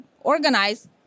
organize